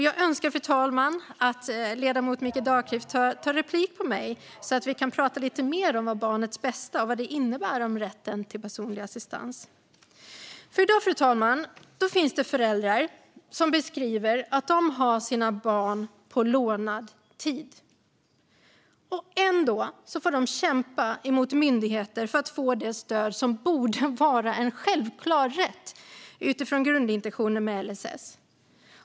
Jag önskar, fru talman, att ledamoten Mikael Dahlqvist tar replik på mig, så att vi kan prata lite mer om barnets bästa och vad detta innebär när det gäller rätten till personlig assistans. Fru talman! I dag finns det föräldrar som beskriver att de har sina barn på lånad tid. Ändå får de kämpa mot myndigheter för att få det stöd som borde vara en självklar rätt utifrån grundintentionen med LSS.